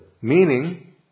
meaning